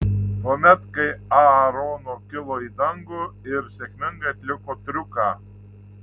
tuomet kai aarono kilo į dangų ir sėkmingai atliko triuką